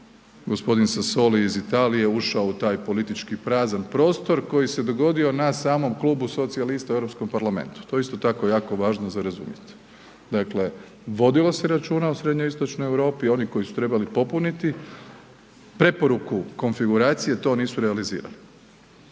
g. Sasoli iz Italije ušao u taj politički prazan prostor koji se dogodio na samom klubu socijalista u Europskom parlamentu, to je isto tako jako važno za razumjet. Dakle, vodilo se računa o srednjoistočnoj Europi, oni koji su trebali preporuku konfiguracije, to nisu realizirali,